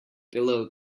below